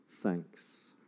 thanks